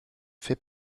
fait